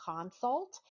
consult